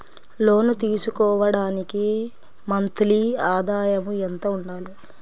లోను తీసుకోవడానికి మంత్లీ ఆదాయము ఎంత ఉండాలి?